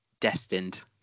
destined